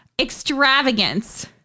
extravagance